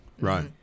Right